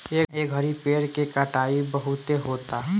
ए घड़ी पेड़ के कटाई बहुते होता